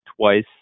twice